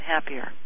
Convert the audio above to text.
happier